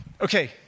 okay